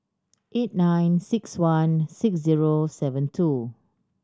eight nine six one six zero seven two